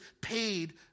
paid